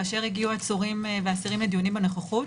כאשר הגיעו עצורים ואסירים לדיונים בנוכחות,